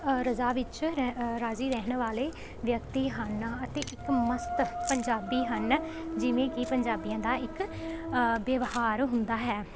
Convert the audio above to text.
ਰਜ਼ਾ ਵਿੱਚ ਰ ਰਾਜ਼ੀ ਰਹਿਣ ਵਾਲੇ ਵਿਅਕਤੀ ਹਨ ਅਤੇ ਇੱਕ ਮਸਤ ਪੰਜਾਬੀ ਹਨ ਜਿਵੇਂ ਕਿ ਪੰਜਾਬੀਆਂ ਦਾ ਇੱਕ ਵਿਵਹਾਰ ਹੁੰਦਾ ਹੈ